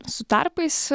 su tarpais